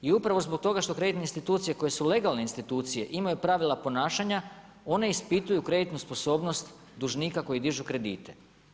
I upravo zbog toga što kreditne institucije koje su legalne institucije imaju pravila ponašanja one ispituju kreditnu sposobnost dužnika koji dižu kredite.